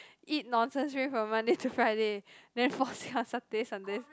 eat nonsense thing from Monday to Friday then fall sick on Saturday Sunday